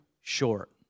short